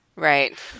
Right